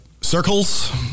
Circles